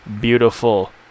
beautiful